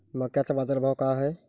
मक्याचा बाजारभाव काय हाय?